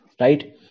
right